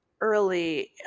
early